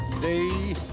day